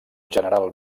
general